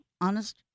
honest